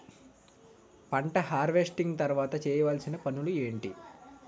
పంట హార్వెస్టింగ్ తర్వాత చేయవలసిన పనులు ఏంటి?